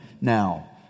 now